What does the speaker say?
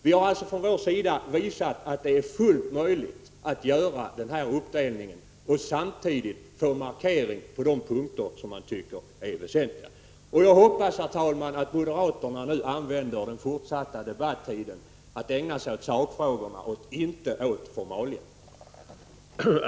Vi har alltså från vår sida visat att det är fullt möjligt att göra den här uppdelningen och samtidigt få en markering på de punkter som man tycker är väsentliga. Jag hoppas, herr talman, att moderaterna i den fortsatta debatten kommer att ägna sig åt sakfrågor och inte åt formalia.